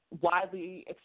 widely